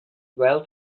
well